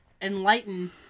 enlighten